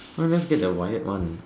why not just get the wired one